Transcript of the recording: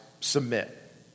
submit